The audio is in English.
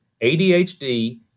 ADHD